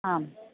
ആഹ്